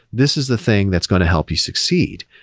this is the thing that's going to help you succeed.